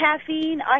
caffeine